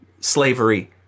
slavery